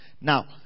Now